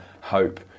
hope